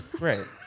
right